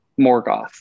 Morgoth